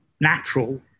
natural